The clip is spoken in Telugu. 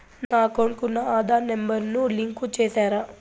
నా అకౌంట్ కు నా ఆధార్ నెంబర్ ను లింకు చేసారా